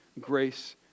Grace